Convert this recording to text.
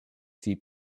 seat